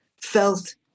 felt